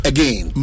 Again